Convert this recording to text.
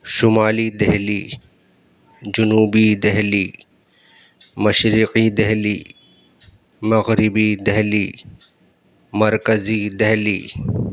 شمالی دہلی جنوبی دہلی مشرقی دہلی مغربی دہلی مرکزی دہلی